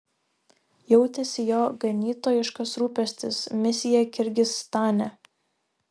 jautėsi jo ganytojiškas rūpestis misija kirgizstane